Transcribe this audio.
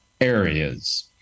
areas